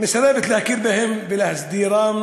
מסרבת להכיר בהם ולהסדירם,